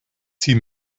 sie